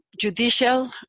judicial